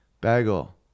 bagel